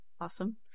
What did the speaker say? Awesome